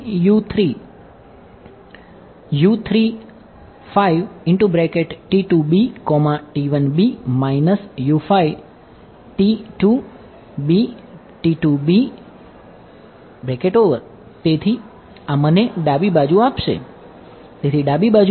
plus next term